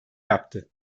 yaptı